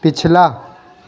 پچھلا